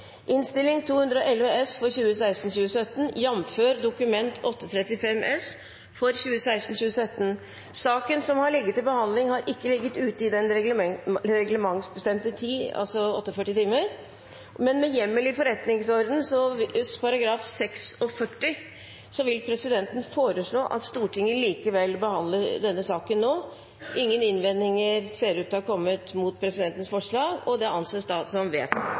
saken som her ligger til behandling, har ikke ligget ute i den reglementsbestemte tid, dvs. 48 timer, men med hjemmel i forretningsordenen § 46 vil presidenten foreslå at Stortinget likevel behandler denne saken nå. Ingen innvendinger ser ut til å ha kommet mot presidentens forslag. – Det anses da som